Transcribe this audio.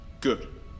Good